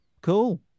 Cool